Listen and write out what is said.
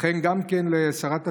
וכן גם לשרת התפוצות,